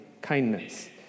kindness